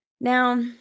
Now